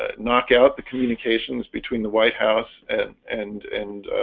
ah knock out the communications between the white house and and and